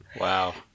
Wow